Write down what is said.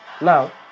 Now